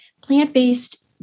Plant-based